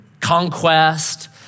conquest